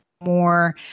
more